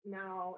now